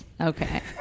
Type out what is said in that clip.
Okay